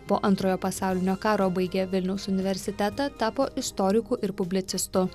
po antrojo pasaulinio karo baigė vilniaus universitetą tapo istoriku ir publicistu